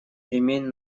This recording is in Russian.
ремень